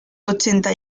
ochenta